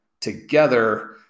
together